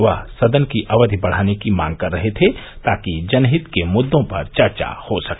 वह सदन की अवधि बढ़ाने की मांग कर रहे थे ताकि जनहित के मुद्दों पर चर्चा हो सके